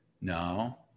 No